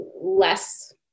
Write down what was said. less